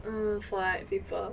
mm for like people